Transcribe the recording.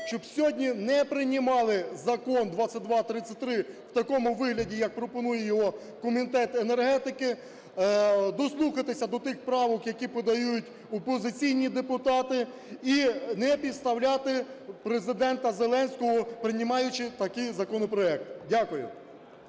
щоб сьогодні не приймали Закон 2233 в такому вигляді, як пропонує його Комітет енергетики, дослухатися до тих правок, які подають опозиційні депутати, і не підставляти Президента Зеленського, приймаючи такий законопроект. Дякую.